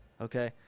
okay